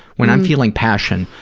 when i'm feeling passion,